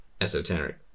Esoteric